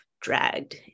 dragged